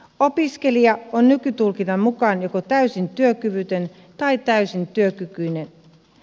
opiskelija on nykytulkinnan mukaan joko täysin työkyvytön tai täysin työkykyinen